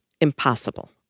impossible